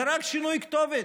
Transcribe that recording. זה רק שינוי כתובת,